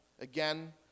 Again